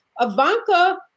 ivanka